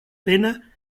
pena